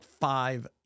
five